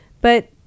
But-